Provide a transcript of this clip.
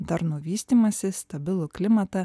darnų vystymąsi stabilų klimatą